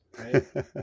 Right